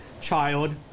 child